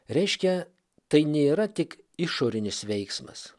reiškia tai nėra tik išorinis veiksmas